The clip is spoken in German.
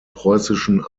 preußischen